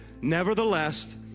nevertheless